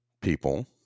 people